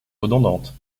redondantes